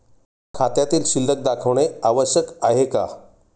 खात्यातील शिल्लक दाखवणे आवश्यक आहे का?